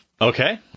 Okay